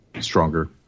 stronger